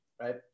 right